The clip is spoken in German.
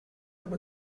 aber